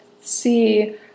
see